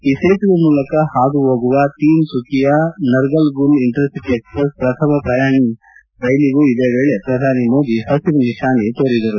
ಈ ಸೇತುವೆ ಮೂಲಕ ಹಾದು ಹೋಗುವ Tinsukia Naharlagun intercity express ಪ್ರಥಮ ಪ್ರಯಾಣಿಕ ರೈಲಿಗೂ ಇದೇ ವೇಳೆ ಪ್ರಧಾನಿ ಮೋದಿ ಹಸಿರು ನಿಶಾನೆ ತೋರಿದರು